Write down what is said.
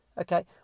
Okay